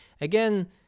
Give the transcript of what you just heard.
again